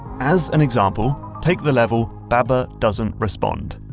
as an example, take the level baba doesn't respond.